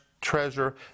treasure